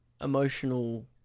emotional